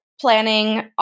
planning